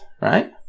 right